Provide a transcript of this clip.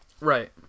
right